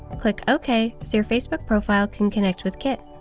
click ok so your facebook profile can connect with kit.